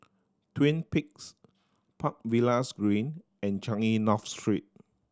Twin Peaks Park Villas Green and Changi North Street